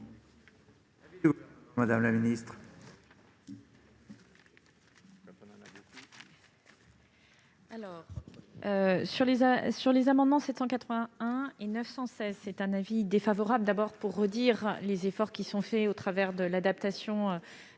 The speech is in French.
madame la ministre